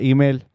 Email